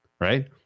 right